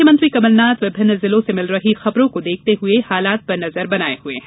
मुख्यमंत्री कमलनाथ विभिन्न जिलों से मिल रही खबरों को देखते हुए हालात पर नजर बनाये हुए हैं